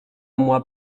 moi